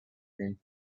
cream